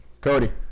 Cody